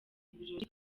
ibirori